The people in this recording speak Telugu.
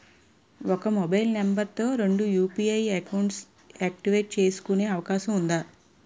ఒక మొబైల్ నంబర్ తో రెండు యు.పి.ఐ అకౌంట్స్ యాక్టివేట్ చేసుకునే అవకాశం వుందా?